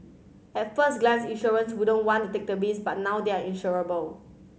at first glance insurers wouldn't want to take the risk but now they are insurable